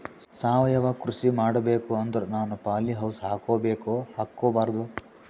ಸಾವಯವ ಕೃಷಿ ಮಾಡಬೇಕು ಅಂದ್ರ ನಾನು ಪಾಲಿಹೌಸ್ ಹಾಕೋಬೇಕೊ ಹಾಕ್ಕೋಬಾರ್ದು?